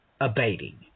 abating